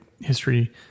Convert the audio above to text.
history